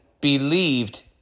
believed